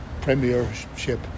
Premiership